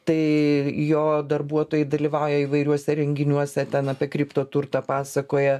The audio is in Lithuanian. tai jo darbuotojai dalyvauja įvairiuose renginiuose ten apie kriptoturtą pasakoja